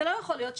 למדינת ישראל.